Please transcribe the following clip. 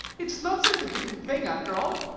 it is not such a difficult thing after all,